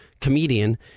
comedian